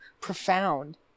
Profound